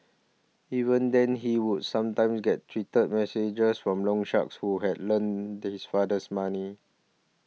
even then he would sometimes get treated messages from loan sharks who had lent his fathers money